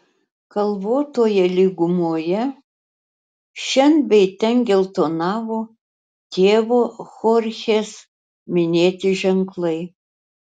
kalvotoje lygumoje šen bei ten geltonavo tėvo chorchės minėti ženklai